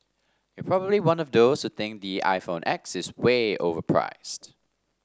you're probably one of those think the iPhone X is way overpriced